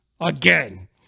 again